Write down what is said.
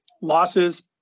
losses